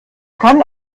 kann